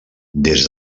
des